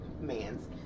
man's